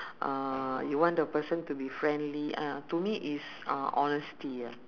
uh you want the person to be friendly eh to me is uh honesty ah